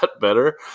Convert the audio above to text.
better